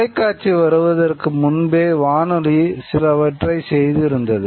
தொலைக்காட்சி வருவதற்கு முன்பே வானொலி சிலவற்றை செய்திருந்தது